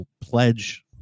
Pledge